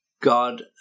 God